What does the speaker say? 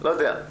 לא יודע.